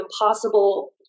impossible